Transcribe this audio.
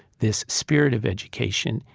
this spirit of education,